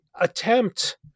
attempt